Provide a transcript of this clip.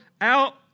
out